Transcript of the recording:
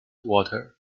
water